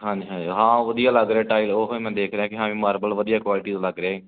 ਹਾਂਜੀ ਹਾਂਜੀ ਹਾਂ ਉਹ ਵਧੀਆ ਲੱਗ ਰਿਹਾ ਟਾਈਲ ਉਹ ਹੀ ਮੈਂ ਦੇਖ ਰਿਹਾ ਕਿ ਹਾਂ ਵੀ ਮਾਰਬਲ ਵਧੀਆ ਕੁਆਲਿਟੀ ਦਾ ਲੱਗ ਰਿਹਾ ਜੀ